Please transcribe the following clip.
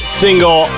single